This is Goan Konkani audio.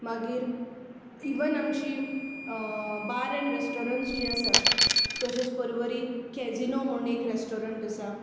मागीर इवन आमचीं बार एन रेस्टाॅरंट जीं आसात तशेंच परवरी केजिनो म्हणून एक रेस्टाॅरंट आसा